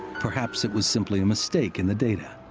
perhaps it was simply a mistake in the data.